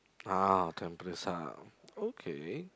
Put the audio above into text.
ah tampines Hub okay